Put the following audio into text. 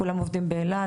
כולם עובדים באילת,